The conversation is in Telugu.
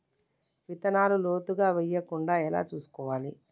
విత్తనాలు లోతుగా వెయ్యకుండా ఎలా చూసుకోవాలి?